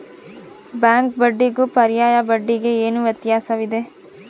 Bank ಬಡ್ಡಿಗೂ ಪರ್ಯಾಯ ಬಡ್ಡಿಗೆ ಏನು ವ್ಯತ್ಯಾಸವಿದೆ?